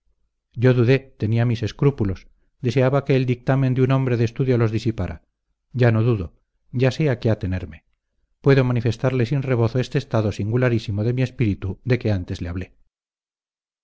yo dudé tenía mis escrúpulos deseaba que el dictamen de un hombre de estudio los disipara ya no dudo ya sé a qué atenerme puedo manifestarle sin rebozo ese estado singularísimo de mi espíritu de que antes le hablé